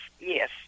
Yes